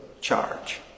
charge